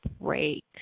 break